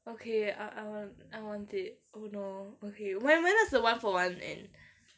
okay I want I want it oh no okay when when does the one for one end